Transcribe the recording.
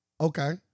Okay